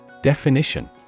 Definition